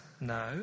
No